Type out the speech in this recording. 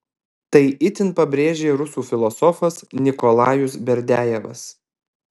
tai itin pabrėžė rusų filosofas nikolajus berdiajevas